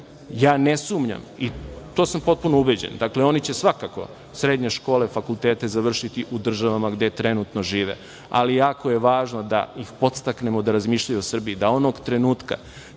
Ja ne sumnjam i ubeđen sam, oni će potpuno svakako, srednje škole i fakultete završiti u državama gde trenutno žive, ali jako je važno da ih podstaknemo da razmišljaju o Srbiji, da onog trenutka